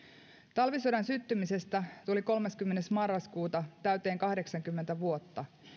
talvisodan syttymisestä tuli kolmaskymmenes marraskuuta täyteen kahdeksankymmentä vuotta